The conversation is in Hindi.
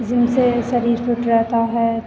ज़िम से शरीर फ़िट रहता है